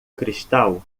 cristal